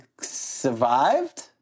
survived